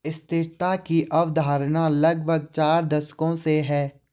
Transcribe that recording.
स्थिरता की अवधारणा लगभग चार दशकों से है